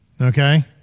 okay